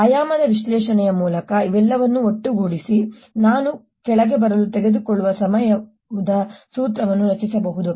ಆಯಾಮದ ವಿಶ್ಲೇಷಣೆಯ ಮೂಲಕ ಇವೆಲ್ಲವನ್ನೂ ಒಟ್ಟುಗೂಡಿಸಿ ನಾನು ಕೆಳಗೆ ಬರಲು ತೆಗೆದುಕೊಳ್ಳುವ ಸಮಯದ ಸೂತ್ರವನ್ನು ರಚಿಸಬಹುದು